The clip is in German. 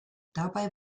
dabei